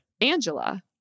Angela